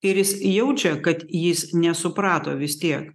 ir jis jaučia kad jis nesuprato vis tiek